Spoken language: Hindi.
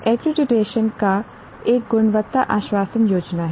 एक्रीडिटेशन एक गुणवत्ता आश्वासन योजना है